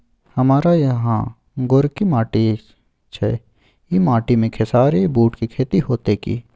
हमारा यहाँ गोरकी माटी छै ई माटी में खेसारी, बूट के खेती हौते की?